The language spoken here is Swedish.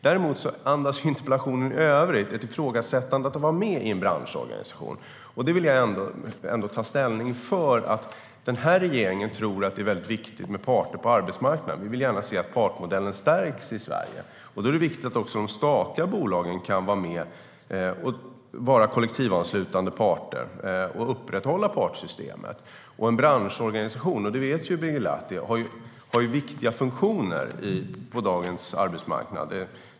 Däremot andas interpellationen i övrigt ett ifrågasättande när det gäller att vara med i en branschorganisation, och det vill jag ändå ta ställning för . Den här regeringen tror att det är viktigt med parter på arbetsmarknaden; vi vill gärna se att partsmodellen stärks i Sverige. Då är det viktigt att också de statliga bolagen kan vara med, vara kollektivanslutande parter och upprätthålla partssystemet. Branschorganisationer har - det vet Birger Lahti - viktiga funktioner på dagens arbetsmarknad.